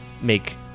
make